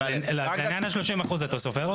לעניין ה-30% אתה סופר אותו?